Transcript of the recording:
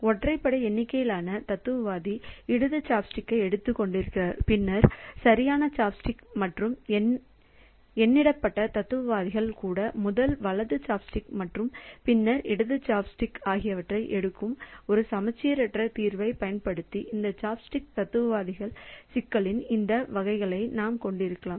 ஒற்றைப்படை எண்ணிக்கையிலான தத்துவவாதி இடது சாப்ஸ்டிக்கை எடுத்துக்கொண்டு பின்னர் சரியான சாப்ஸ்டிக் மற்றும் எண்ணிடப்பட்ட தத்துவவாதிகள் கூட முதல் வலது சாப்ஸ்டிக் மற்றும் பின்னர் இடது சாப்ஸ்டிக் ஆகியவற்றை எடுக்கும் ஒரு சமச்சீரற்ற தீர்வைப் பயன்படுத்தி இந்த சாப்பாட்டு தத்துவவாதிகளின் சிக்கலின் இந்த வகைகளை நாம் கொண்டிருக்கலாம்